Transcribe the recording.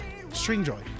stringjoy